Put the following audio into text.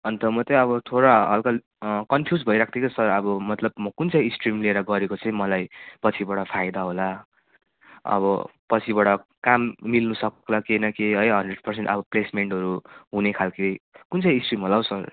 अन्त म त्यही अब थोडा हल्का कन्फ्युस भइरहेको थिएँ कि सर अब मतलब म कुन चाहिँ स्ट्रिम लिएर गरेको चाहिँ मलाई पछिबाट फाइदा होला अब पछिबाट काम मिल्नु सक्ला केही न केही है हन्ड्रेड पर्सेन्ट अब प्लेसमेन्टहरू हुने खाले कुन चाहिँ स्ट्रिम होला हो सर